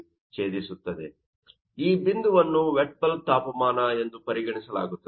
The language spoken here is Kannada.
ಆದ್ದರಿಂದ ಆ ಬಿಂದುವನ್ನು ವೆಟ್ ಬಲ್ಬ್ ತಾಪಮಾನ ಎಂದು ಪರಿಗಣಿಸಲಾಗುತ್ತದೆ